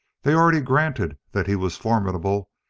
they already granted that he was formidable.